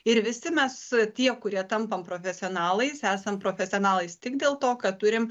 ir visi mes tie kurie tampam profesionalais esam profesionalais tik dėl to kad turim